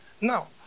Now